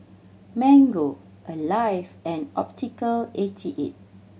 Mango Alive and Optical eighty eight